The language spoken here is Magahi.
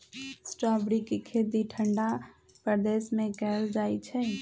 स्ट्रॉबेरी के खेती ठंडा प्रदेश में कएल जाइ छइ